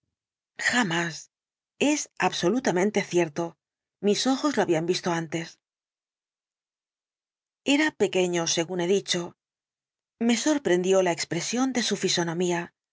jamás es absolutamente cierto mis ojos lo habían visto antes era pequeño según he dicho me sorprendió la expresión de su fisonomía